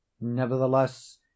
nevertheless